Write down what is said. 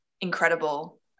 incredible